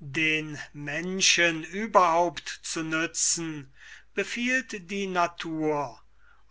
den menschen zu nützen befiehlt die natur